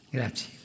Grazie